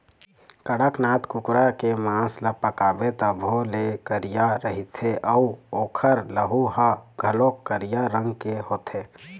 कड़कनाथ कुकरा के मांस ल पकाबे तभो ले करिया रहिथे अउ ओखर लहू ह घलोक करिया रंग के होथे